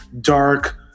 dark